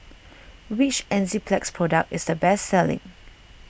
which Enzyplex product is the best selling